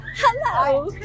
hello